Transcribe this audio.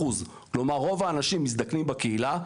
כלומר רוב האנשים מזדקנים בקהילה,